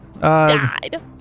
Died